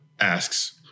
asks